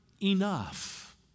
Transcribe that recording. enough